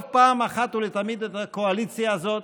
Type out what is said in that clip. פעם אחת ולתמיד את הקואליציה הזאת,